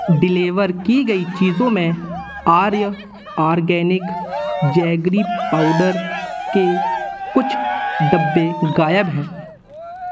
deliver की गयी चीज़ों में आर्य आर्गेनिक जेगरी पाउडर के कुछ डब्बे गायब हैं